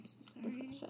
discussion